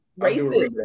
Racist